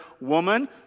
Woman